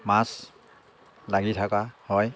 মাছ লাগি থকা হয়